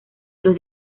los